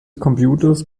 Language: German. computers